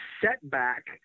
setback